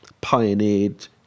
pioneered